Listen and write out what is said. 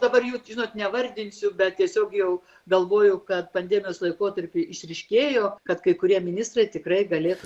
dabar jų žinot nevardinsiu bet tiesiog jau galvoju kad pandemijos laikotarpiu išryškėjo kad kai kurie ministrai tikrai galėtų